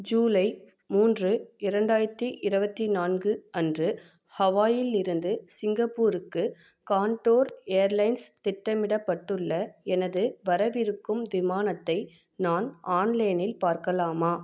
ஜூலை மூன்று இரண்டாயிரத்தி இருபத்தி நான்கு அன்று ஹவாயிலிருந்து சிங்கப்பூருக்கு காண்டோர் ஏர்லைன்ஸ் திட்டமிடப்பட்டுள்ள எனது வரவிருக்கும் விமானத்தை நான் ஆன்லைனில் பார்க்கலாமா